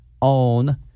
on